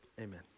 amen